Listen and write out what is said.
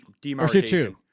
demarcation